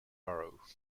borough